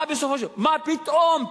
מה פתאום?